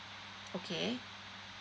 okay